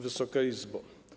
Wysoka Izbo!